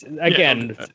again